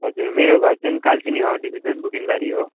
हजुर मेरो घर चाहिँ कालचिनी हो डिभिजन बुकिङबारी हो